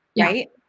Right